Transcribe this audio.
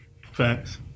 Facts